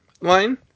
line